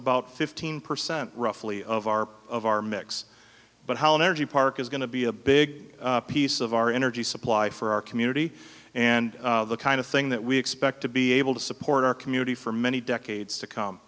about fifteen percent roughly of our of our mix but how an energy park is going to be a big piece of our energy supply for our community and the kind of thing that we expect to be able to support our community for many decades to come